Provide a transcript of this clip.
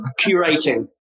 curating